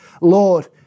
Lord